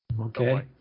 Okay